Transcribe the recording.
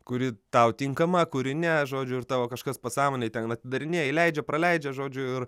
kuri tau tinkama kuri ne žodžiu ir tavo kažkas pasąmonėj ten atidarinėja įleidžia praleidžia žodžiu ir